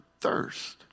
thirst